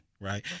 right